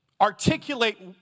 articulate